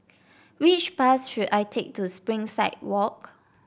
which bus should I take to Springside Walk